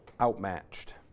outmatched